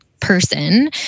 person